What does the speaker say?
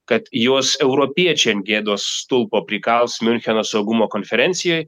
kad juos europiečiai ant gėdos stulpo prikals miuncheno saugumo konferencijoj